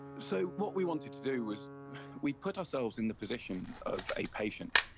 so what we wanted to do was we put ourselves in the position of a patient,